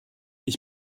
ich